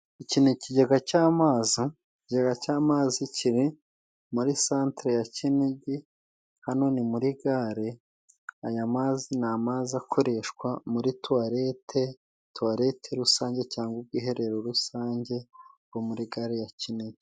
Iki ni ikigega cy'amazi, ikigega cy'amazi kiri muri santere ya Kinigi. Hano ni muri gare, aya mazi ni amazi akoreshwa muri tuwalete, tuwaleti rusange cyangwa ubwiherero rusange bwo muri gare ya Kinigi.